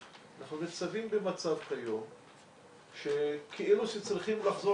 ואנחנו ניצבים במצב היום כאילו שצריכים לחזור